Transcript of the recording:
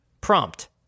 Prompt